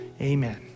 Amen